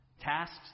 tasks